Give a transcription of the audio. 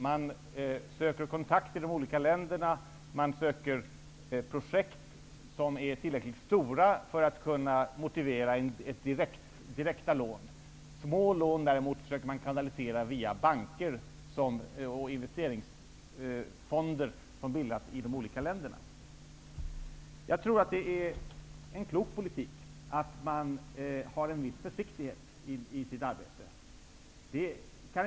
Man söker kontakter i de olika länderna. Man letar efter projekt som är tillräckligt stora för att kunna motivera direkta lån. Små lån försöker man däremot kanalisera via banker och investeringsfonder som bildas i de olika länderna. Jag tror att det är en klok politik att man har en viss försiktighet i sitt arbete.